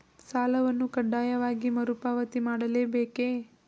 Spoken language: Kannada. ಸಾಲವನ್ನು ಕಡ್ಡಾಯವಾಗಿ ಮರುಪಾವತಿ ಮಾಡಲೇ ಬೇಕೇ?